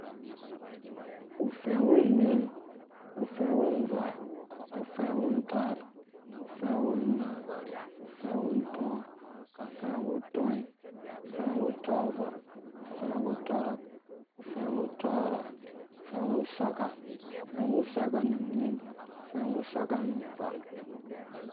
Ufɛ́ wu nying, ufɛ̃ wu nvaa, ufe wu ntaar, ufe wu unna, ufé wu untɔɔ ufé wu utɔi, ufé wu utɔɔva ufɛ wu utɔrɔk ufé wu utɔɔrha ufɛ wu usokka ufe wu usɔkka nu ufɛ wu usɔkka nu nying ufɛ usɔkka nu unvaa